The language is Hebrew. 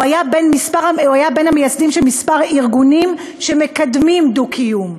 הוא היה בין המייסדים של כמה ארגונים שמקדמים דו-קיום.